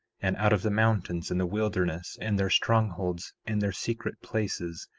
and out of the mountains, and the wilderness, and their strongholds, and their secret places,